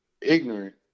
ignorant